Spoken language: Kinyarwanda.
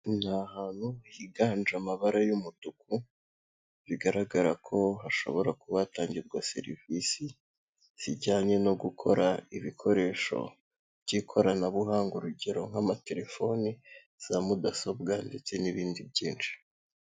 Ni ahantu higanje amabara y'umutuku bigaragara ko hashobora kuba hatangirwa serivisi zijyanye no gukora ibikoresho by'ikoranabuhanga, urugero nk'amatelefoni, za mudasobwa ndetse n'ibindi byinshi.